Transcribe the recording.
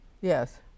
Yes